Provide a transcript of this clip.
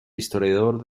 historiador